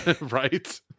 Right